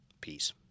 Peace